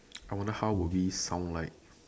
I wonder how would we found like